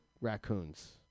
raccoons